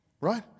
Right